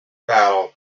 battle